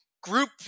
group